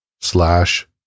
slash